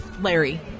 larry